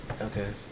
okay